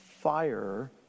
fire